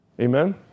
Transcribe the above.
Amen